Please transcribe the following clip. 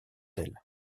elle